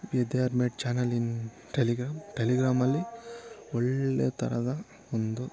they are made channel in Telegram ಟೆಲಿಗ್ರಾಮಲ್ಲಿ ಒಳ್ಳೆ ಥರದ ಒಂದು